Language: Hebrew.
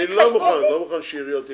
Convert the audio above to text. אני לא מוכן שעיריות יגידו.